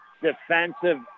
defensive